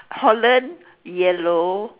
holland yellow